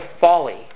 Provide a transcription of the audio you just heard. folly